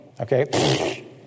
Okay